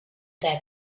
their